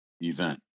event